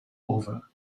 over